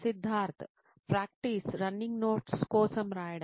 Siddharth practice running notes కోసం రాయడం